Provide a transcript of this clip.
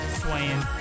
swaying